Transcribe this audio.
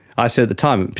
i said at the time,